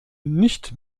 nicht